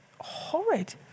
horrid